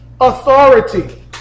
authority